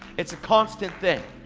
it's a constant thing.